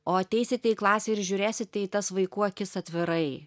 o ateisite į klasę ir žiūrėsite į tas vaikų akis atvirai